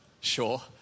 sure